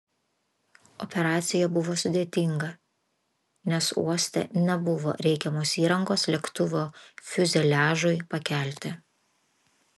operacija buvo sudėtinga nes uoste nebuvo reikiamos įrangos lėktuvo fiuzeliažui pakelti